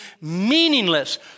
meaningless